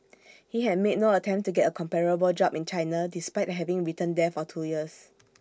he had made no attempt to get A comparable job in China despite having returned there for two years